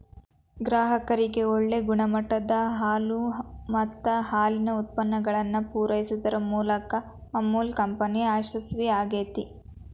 ಗ್ರಾಹಕರಿಗೆ ಒಳ್ಳೆ ಗುಣಮಟ್ಟದ ಹಾಲು ಮತ್ತ ಹಾಲಿನ ಉತ್ಪನ್ನಗಳನ್ನ ಪೂರೈಸುದರ ಮೂಲಕ ಅಮುಲ್ ಕಂಪನಿ ಯಶಸ್ವೇ ಆಗೇತಿ